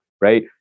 right